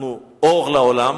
אנחנו אור לעולם,